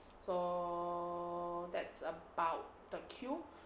so that's about the Q